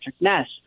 ness